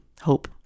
hope